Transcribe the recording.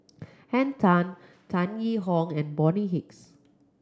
Henn Tan Tan Yee Hong and Bonny Hicks